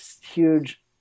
huge